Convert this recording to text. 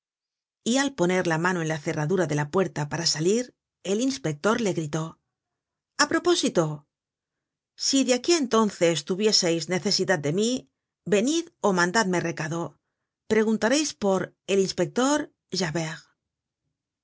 y al poner la mano en la cerradura de la puerta para salir el inspector le gritó a propósito si de aquí á entonces tuviéreis necesidad de mí venid ó mandadme recado preguntareis por el inspector